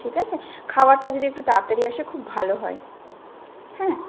ঠিক আছে খাওয়ারটা যদি একটু তাড়াতাড়ি আসে খুব ভালো হয় হ্যাঁ